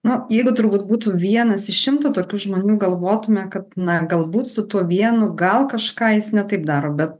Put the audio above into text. na jeigu turbūt būtų vienas iš šimto tokių žmonių galvotume kad na galbūt su tuo vienu gal kažką jis ne taip daro bet